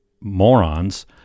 morons